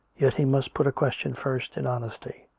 yet he must put a question first, in honesty,